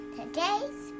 Today's